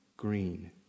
green